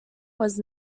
was